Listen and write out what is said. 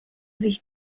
sich